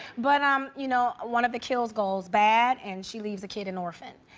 but, um you know, one of the kills goes bad, and she leaves a kid an orphan.